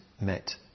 met